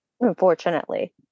unfortunately